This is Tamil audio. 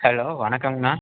ஹலோ வணக்கங்கண்ணா